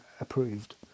approved